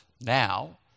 now